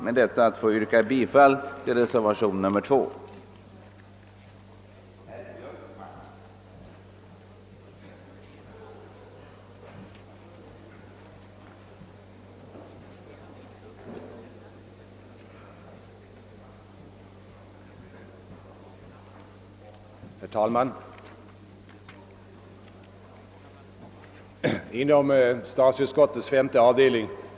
Med detta ber jag att få yrka bifall till reservation 2 av herr Edström m.fl.